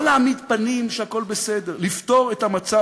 לא להעמיד פנים שהכול בסדר, לפתור את המצב.